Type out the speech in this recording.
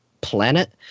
planet